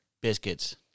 biscuits